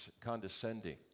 condescending